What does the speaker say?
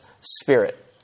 spirit